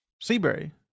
Seabury